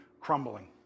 crumbling